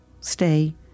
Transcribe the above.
Stay